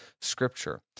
Scripture